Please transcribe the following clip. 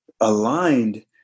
aligned